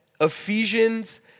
Ephesians